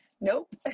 Nope